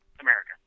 America